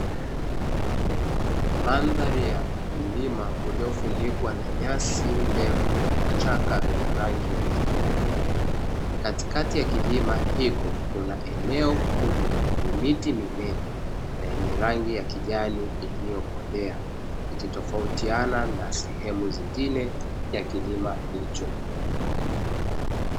Mandhari ya mlima uliofunikwa na nyasi ndefu na vichaka vyenye rangi ya kijani , katikati ya kilima hiko kuna eneo kubwa lenye miti minene yenye rangi ya kijani iliyokolea ikitofautiana na sehemu nyingine ya kilima hicho.